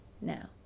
now